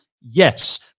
Yes